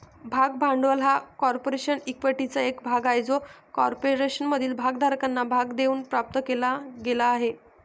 भाग भांडवल हा कॉर्पोरेशन इक्विटीचा एक भाग आहे जो कॉर्पोरेशनमधील भागधारकांना भाग देऊन प्राप्त केला गेला आहे